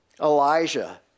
Elijah